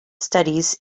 studies